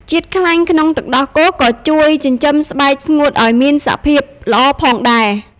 ជាតិខ្លាញ់ក្នុងទឹកដោះគោក៏ជួយចិញ្ចឹមស្បែកស្ងួតឲ្យមានសភាពល្អផងដែរ។